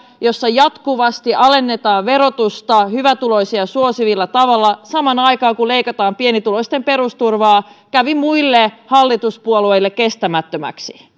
jossa jatkuvasti alennetaan verotusta hyvätuloisia suosivalla tavalla samaan aikaan kun leikataan pienituloisten perusturvaa kävi muille hallituspuolueille kestämättömäksi